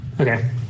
Okay